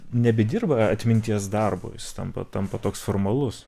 nebedirba atminties darbo jis tampa tampa toks formalus